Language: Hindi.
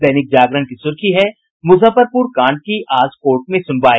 दैनिक जागरण की सुर्खी है मुजफ्फरपुर कांड की आज कोर्ट में सुनवाई